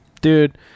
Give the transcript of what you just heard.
dude